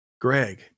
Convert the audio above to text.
Greg